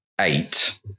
Eight